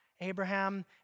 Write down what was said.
Abraham